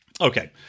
Okay